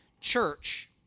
church